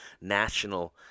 National